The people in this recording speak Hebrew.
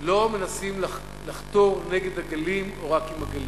לא מנסים לחתור נגד הגלים או רק עם הגלים.